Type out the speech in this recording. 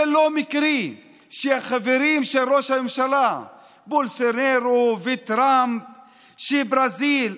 זה לא מקרי שהחברים של ראש הממשלה הם בולסנרו וטראמפ ושברזיל,